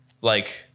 Like-